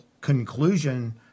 conclusion